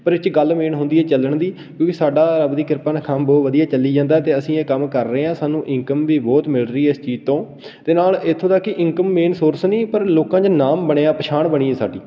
ਪਰ ਇਹਦੇ 'ਚ ਗੱਲ ਮੇਨ ਹੁੰਦੀ ਹੈ ਚੱਲਣ ਦੀ ਕਿਉਂਕਿ ਸਾਡਾ ਰੱਬ ਦੀ ਕਿਰਪਾ ਨਾਲ ਕੰਮ ਬਹੁਤ ਵਧੀਆ ਚੱਲੀ ਜਾਂਦਾ ਅਤੇ ਅਸੀਂ ਇਹ ਕੰਮ ਕਰ ਰਹੇ ਹਾਂ ਸਾਨੂੰ ਇਨਕਮ ਵੀ ਬਹੁਤ ਮਿਲ ਰਹੀ ਹੈ ਇਸ ਚੀਜ਼ ਤੋਂ ਅਤੇ ਨਾਲ ਇੱਥੋਂ ਦਾ ਕਿ ਇਨਕਮ ਮੇਨ ਸੋਰਸ ਨਹੀਂ ਪਰ ਲੋਕਾਂ 'ਚ ਨਾਮ ਬਣਿਆ ਪਛਾਣ ਬਣੀ ਹੈ ਸਾਡੀ